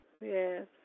Yes